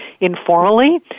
informally